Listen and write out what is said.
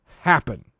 happen